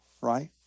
right